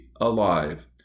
alive